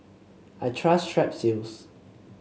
I trust Strepsils